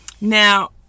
Now